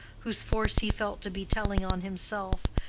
whose force he felt to be telling on himself,